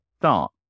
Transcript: start